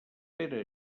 pere